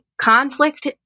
conflict